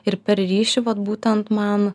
ir per ryšį vat būtent man